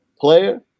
player